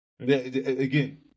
Again